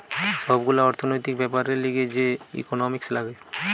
সব গুলা অর্থনৈতিক বেপারের লিগে যে ইকোনোমিক্স লাগে